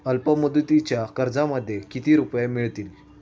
अल्पमुदतीच्या कर्जामध्ये किती रुपये मिळतील?